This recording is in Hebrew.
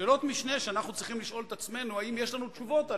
שאלות-משנה שאנחנו צריכים לשאול את עצמנו אם יש לנו תשובות עליהן.